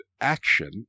action